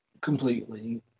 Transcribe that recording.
completely